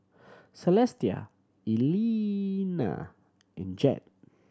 Celestia Elena and Jed